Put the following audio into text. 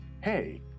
Hey